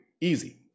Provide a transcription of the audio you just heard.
Easy